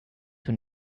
when